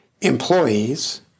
employees